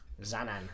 Zanan